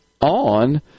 on